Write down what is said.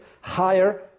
higher